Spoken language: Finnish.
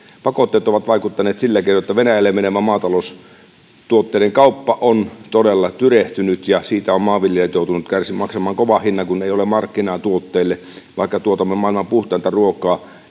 pakotteet jotka ovat vaikuttaneet sillä keinoin että venäjälle menevä maataloustuotteiden kauppa on todella tyrehtynyt ja siitä ovat maanviljelijät joutuneet kärsimään maksamaan kovan hinnan kun ei ole markkinaa tuotteille vaikka tuotamme maailman puhtainta ruokaa